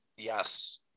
Yes